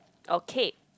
or cake